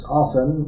often